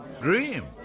Dream